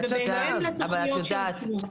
בהתאם לתכניות שהוכנו.